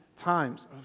times